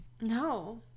No